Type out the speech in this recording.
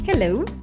Hello